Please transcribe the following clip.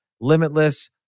Limitless